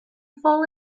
fall